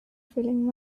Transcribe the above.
feeling